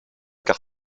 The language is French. car